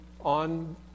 on